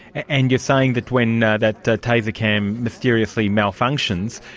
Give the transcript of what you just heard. and you're saying that when ah that that taser-cam mysteriously malfunctions,